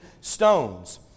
stones